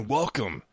welcome